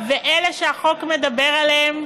ואלה שהחוק מדבר עליהם